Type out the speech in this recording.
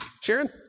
Sharon